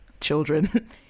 children